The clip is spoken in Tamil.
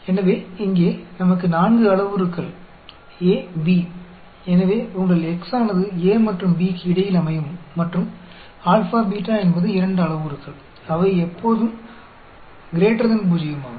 எனவே இங்கே நமக்கு 4 அளவுருக்கள் A B எனவே உங்கள் x ஆனது A மற்றும் B க்கு இடையில் அமையும் மற்றும் α β என்பது 2 அளவுருக்கள் அவை எப்போதும் பூஜ்ஜியமாகும்